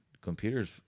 computers